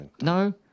no